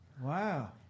Wow